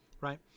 right